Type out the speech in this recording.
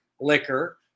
liquor